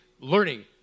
learning